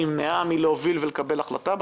אנחנו נדאג לתת את התקווה הזאת גם לציבור הזה.